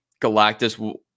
Galactus